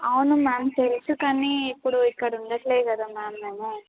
అవును మ్యామ్ తెలుసు కానీ ఇప్పుడు ఇక్కడ ఉండట్లేదు కదా మ్యామ్ మేము